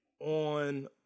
on